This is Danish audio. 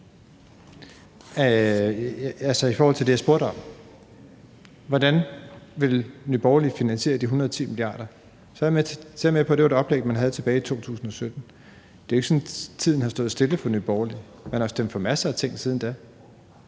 altså i forhold til det, jeg spurgte om. Hvordan vil Nye Borgerlige finansiere de 110 mia. kr.? Så er jeg med på, at det var et oplæg, man havde tilbage i 2017. Men det er jo ikke sådan, at tiden har stået stille for Nye Borgerlige; man har stemt for masser af ting siden da.